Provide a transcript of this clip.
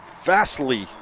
vastly